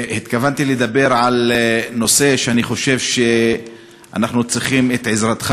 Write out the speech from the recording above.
התכוונתי לדבר על נושא שאני חושב שאנחנו צריכים בו את עזרתך,